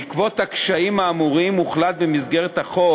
בעקבות הקשיים האמורים הוחלט, במסגרת החוק